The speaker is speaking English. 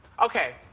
Okay